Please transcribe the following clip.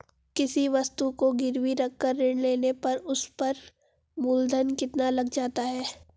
किसी वस्तु को गिरवी रख कर ऋण लेने पर उस पर मूलधन कितना लग जाता है?